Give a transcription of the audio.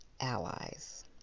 allies